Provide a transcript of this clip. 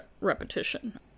repetition